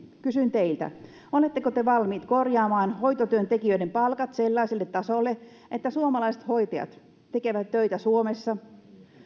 kysyn teiltä oletteko te valmis korjaamaan hoitotyön tekijöiden palkat sellaiselle tasolle että suomalaiset hoitajat tekevät töitä suomessa